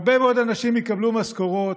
הרבה מאוד אנשים יקבלו משכורות,